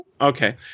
Okay